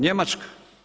Njemačka.